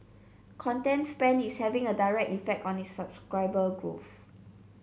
content spend is having a direct effect on its subscriber growth